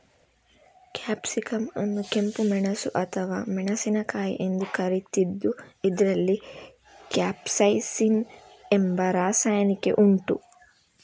capsicum ಅನ್ನು ಕೆಂಪು ಮೆಣಸು ಅಥವಾ ಮೆಣಸಿನಕಾಯಿ ಎಂದು ಕರೀತಿದ್ದು ಇದ್ರಲ್ಲಿ ಕ್ಯಾಪ್ಸೈಸಿನ್ ಎಂಬ ರಾಸಾಯನಿಕ ಉಂಟು